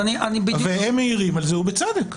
והם מעירים על זה, ובצדק.